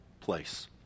place